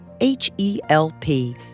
H-E-L-P